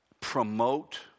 promote